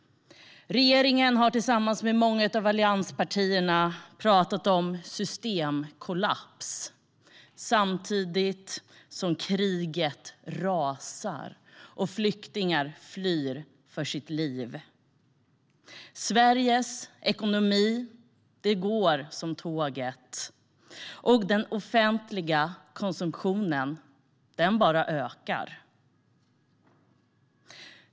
Regeringen har tillsammans med många av allianspartierna pratat om systemkollaps, samtidigt som kriget rasar och flyktingar flyr för sitt liv. Sveriges ekonomi går som tåget, och den offentliga konsumtionen bara ökar.